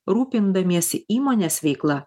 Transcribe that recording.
rūpindamiesi įmonės veikla